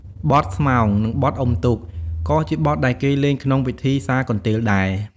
បទស្មោង និងបទអ៊ុំទូក ក៏ជាបទដែលគេលេងក្នុងពិធីសាកន្ទេលដែរ។